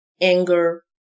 anger